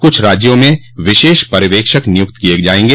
कुछ राज्यों में विशेष पर्यवेक्षक नियुक्त किये जायेंग